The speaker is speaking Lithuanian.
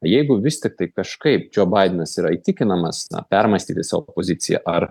jeigu vis tiktai kažkaip džo baidenas yra įtikinamas permąstyti savo poziciją ar